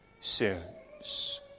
sins